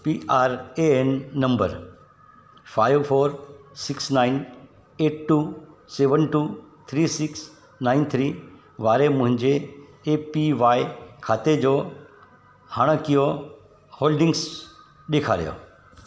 P R A N number five four six nine eight two seven two three six nine three वारे मुंहिंजे A P Y खाते जो हाणोकियूं holdings ॾेखारियो